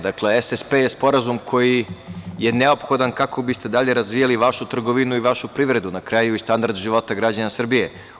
Dakle SSP je sporazum koji je neophodan kako biste dalje razvijali vašu trgovinu i vašu privredu, na kraju i standard života građana Srbije.